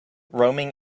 roaming